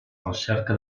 recerca